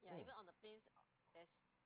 mm